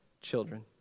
children